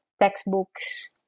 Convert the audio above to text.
textbooks